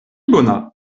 bona